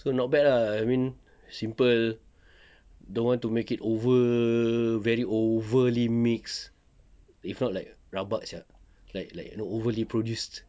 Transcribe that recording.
so not bad ah I mean simple don't want to make it over very overly mix if not like rabak sia like like overly produced